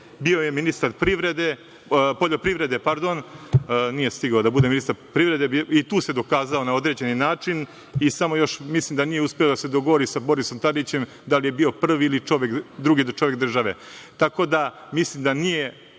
Bio je ministar poljoprivrede, nije stigao da bude ministar privrede, i tu se dokazao na određeni način. Samo nije uspeo da se dogovori sa Borisom Tadićem da li bi bio prvi ili drugi čovek države. Mislim da je